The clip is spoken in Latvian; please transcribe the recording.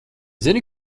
zini